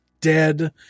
dead